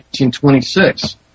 1826